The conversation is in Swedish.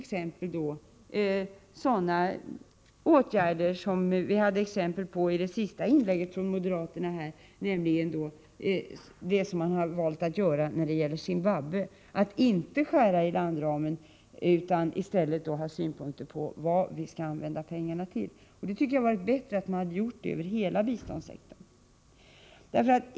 Det är sådana åtgärder som vi fick exempel på i det senaste inlägget från moderaterna, nämligen det som man har valt att göra när det gäller Zimbabwe, att inte skära i landramen utan i stället ha synpunkter på vad vi skall använda pengarna till. Jag tycker att det hade varit bättre att man gjort på det sättet över hela biståndssektorn.